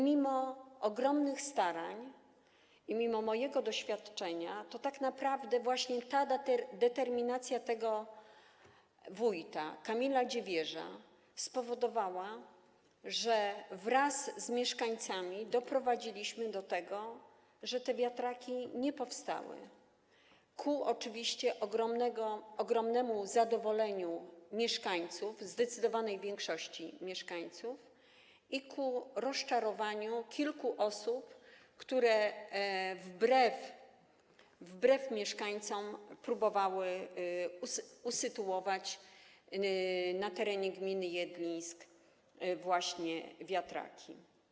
Mimo ogromnych starań, mimo mojego doświadczenia to tak naprawdę właśnie determinacja tego wójta, Kamila Dziewierza, spowodowała, że wraz z mieszkańcami doprowadziliśmy do tego, że te wiatraki nie powstały, oczywiście ku ogromnemu zadowoleniu mieszkańców, zdecydowanej większości mieszkańców i ku rozczarowaniu kilku osób, które wbrew mieszkańcom próbowały usytuować na terenie gminy Jedlińsk właśnie te wiatraki.